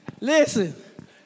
Listen